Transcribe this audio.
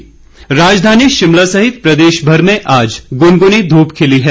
मौसम राजधानी शिमला सहित प्रदेश भर में आज गुनगुनी धूप खिली है